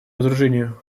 разоружению